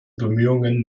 bemühungen